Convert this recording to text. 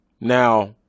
Now –